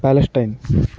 Palestine